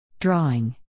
Drawing